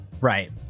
right